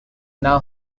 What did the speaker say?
now